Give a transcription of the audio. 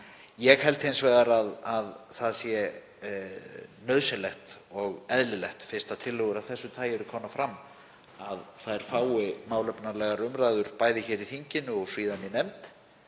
Ég held hins vegar að það sé nauðsynlegt og eðlilegt fyrst tillögur af þessu tagi eru komnar fram að þær fái málefnalegar umræður, bæði hér í þinginu og síðan í nefnd.